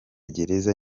gereza